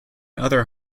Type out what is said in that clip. other